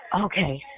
Okay